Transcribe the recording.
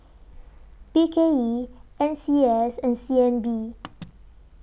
B K E N C S and C N B